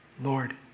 Lord